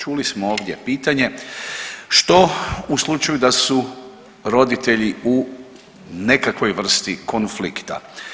Čuli smo ovdje pitanje što u slučaju da su roditelji u nekakvoj vrsti konflikta.